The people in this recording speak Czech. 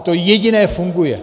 To jediné funguje.